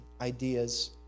ideas